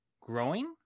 growing